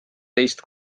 teist